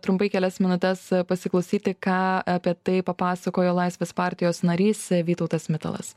trumpai kelias minutes pasiklausyti ką apie tai papasakojo laisvės partijos narys vytautas mitalas